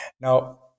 Now